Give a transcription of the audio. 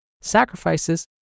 sacrifices